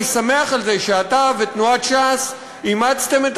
אני שמח על זה שאתה ותנועת ש"ס אימצתם את